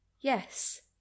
Yes